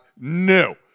No